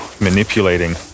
manipulating